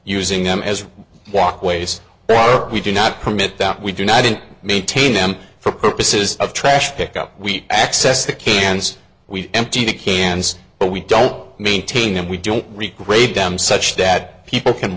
using them as walkways but we do not permit that we do not think maintain them for purposes of trash pickup we access the cans we empty the cans but we don't maintain them we don't require a dam such that people can